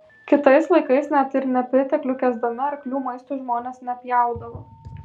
kitais laikais net ir nepriteklių kęsdami arklių maistui žmonės nepjaudavo